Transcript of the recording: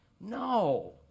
no